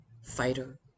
Fighter